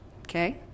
Okay